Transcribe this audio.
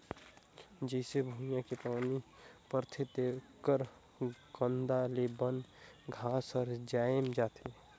जईसे भुइयां में पानी परथे तेकर कांदा ले बन घास हर जायम जाथे